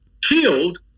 killed